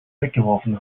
weggeworfen